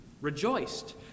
rejoiced